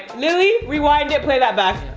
lilly, rewind it, play that back.